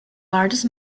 largest